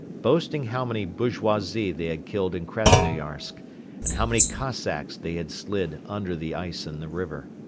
boasting how many bourgeoisie they had killed in krasnoyarsk and how many cossacks they had slid under the ice in the river.